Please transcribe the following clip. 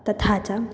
तथा च